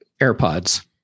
AirPods